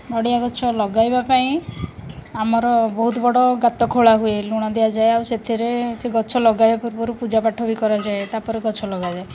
ନଡ଼ିଆ ଗଛ ଲଗାଇବା ପାଇଁ ଆମର ବହୁତ ବଡ଼ ଗାତ ଖୋଳା ହୁଏ ଲୁଣ ଦିଆଯାଏ ଆଉ ସେଥିରେ ସେ ଗଛ ଲଗାଇବା ପୂର୍ବରୁ ପୂଜା ପାଠ ବି କରାଯାଏ ତା'ପରେ ଗଛ ଲଗାଯାଏ